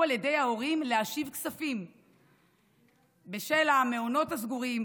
על ידי ההורים להשיב כספים בשל המעונות הסגורים,